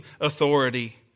authority